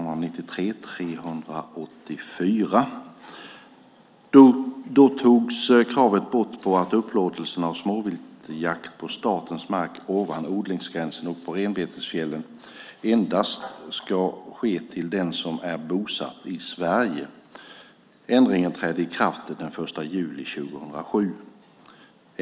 Då togs kravet bort på att upplåtelse av småviltsjakt på statens mark ovanför odlingsgränsen och på renbetesfjällen endast ska ske till den som är bosatt i Sverige. Ändringen trädde i kraft den 1 juli 2007.